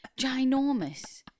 ginormous